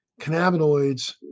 cannabinoids